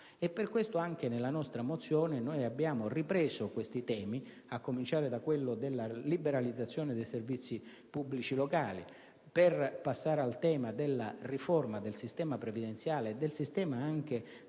Per questo anche nella nostra mozione abbiamo ripreso questi temi, a cominciare da quello della liberalizzazione dei servizi pubblici locali, per passare al tema della riforma del sistema previdenziale e del sistema del *welfare*